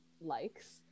likes